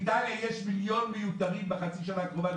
באיטליה יש מיליון מערכות מיותרות בחצי השנה הקרובה.